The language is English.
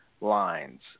lines